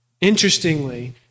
interestingly